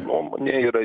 nuomonė yra